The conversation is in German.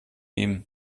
ihm